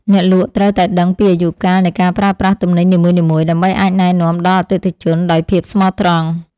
អ្នកលក់ត្រូវតែដឹងពីអាយុកាលនៃការប្រើប្រាស់ទំនិញនីមួយៗ ដើម្បីអាចណែនាំដល់អតិថិជនដោយភាពស្មោះត្រង់។